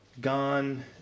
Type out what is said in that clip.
gone